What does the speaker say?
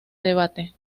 debate